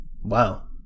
wow